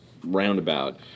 roundabout